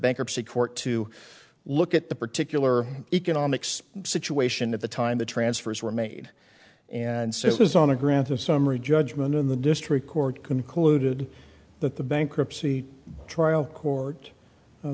bankruptcy court to look at the particular economics situation at the time the transfers were made and so it was on the grounds of summary judgment in the district court concluded that the bankruptcy trial court